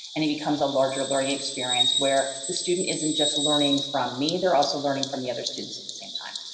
and it becomes a larger learning experience where the student isn't just learning from me they're also learning from the other students at the same time.